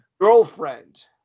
girlfriend